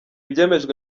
byemejwe